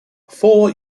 four